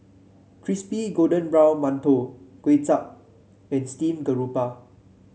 Crispy Golden Brown Mantou Kuay Chap and Steamed Garoupa